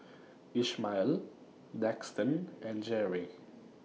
Ishmael Daxton and Jere